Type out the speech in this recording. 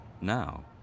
Now